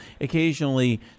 occasionally